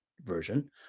version